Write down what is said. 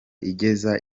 igeza